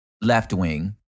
left-wing